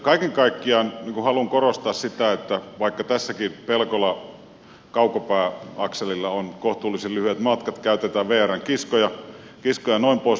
kaiken kaikkiaan haluan korostaa sitä että vaikka tässäkin pelkolakaukopää akselilla on kohtuullisen lyhyet matkat käytetään vrn kiskoja jnp